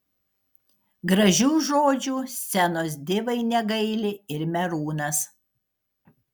gražių žodžių scenos divai negaili ir merūnas